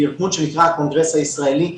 וארגון שנקרא הקונגרס הישראלי,